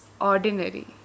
ordinary